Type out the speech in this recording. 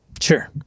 Sure